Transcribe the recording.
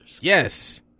Yes